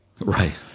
Right